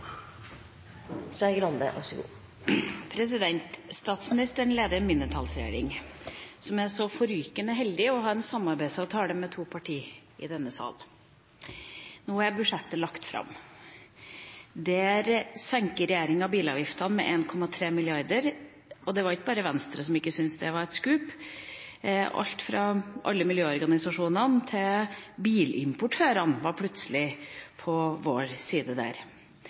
Statsministeren leder en mindretallsregjering som er så forrykende heldig å ha en samarbeidsavtale med to partier i denne sal. Nå er budsjettforslaget lagt fram. Der senker regjeringa bilavgiftene med 1,3 mrd. kr, og det var ikke bare Venstre som ikke syntes det var et scoop – alt fra alle miljøorganisasjonene til bilimportørene var plutselig på vår side der.